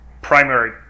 primary